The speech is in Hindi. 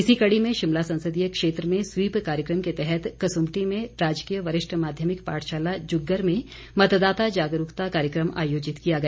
इसी कड़ी में शिमला संसदीय क्षेत्र में स्वीप कार्यक्रम के तहत कसुम्पटी में राजकीय वरिष्ठ माध्यमिक पाठशाला जुग्गर में मतदाता जागरूक कार्यक्रम आयोजित किया गया